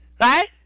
right